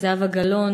זהבה גלאון,